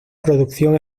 producción